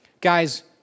Guys